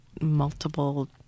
multiple